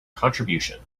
contribution